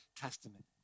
Testament